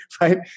right